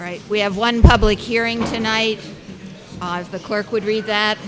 right we have one public hearing tonight i was the clerk would read that